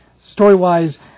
Story-wise